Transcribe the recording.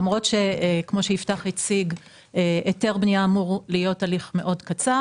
למרות שהליך אישור היתר בנייה אמור להיות קצר,